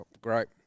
great